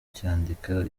cyandika